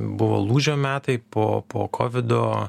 buvo lūžio metai po po kovido